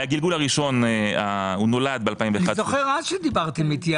אני זוכר אז שדיברתם איתי,